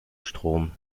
wechselstrom